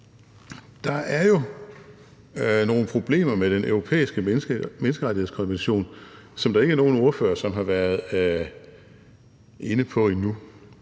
der er jo nogle problemer med Den Europæiske Menneskerettighedskonvention, som der ikke er nogen ordførere, som har været inde på endnu.